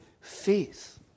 faith